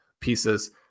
pieces